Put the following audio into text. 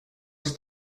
els